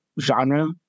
genre